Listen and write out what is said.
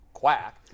quack